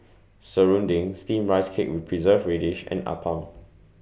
Serunding Steamed Rice Cake with Preserved Radish and Appam